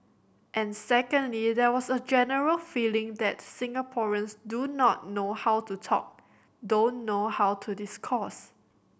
and secondly there was a general feeling that Singaporeans do not know how to talk don't know how to discourse